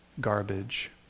garbage